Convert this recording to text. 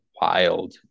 wild